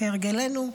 כהרגלנו,